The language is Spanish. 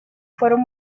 fueron